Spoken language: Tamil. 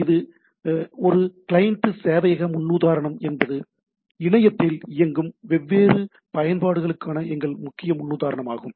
இப்போது இது ஒரு கிளையன்ட் சேவையக முன்னுதாரணம் என்பது இணையத்தில் இயங்கும் வெவ்வேறு பயன்பாடுகளுக்கான எங்கள் முக்கிய முன்னுதாரணமாகும்